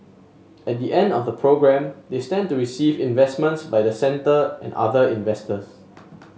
at the end of the programme they stand to receive investments by the centre and other investors